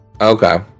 Okay